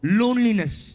loneliness